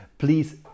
Please